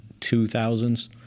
2000s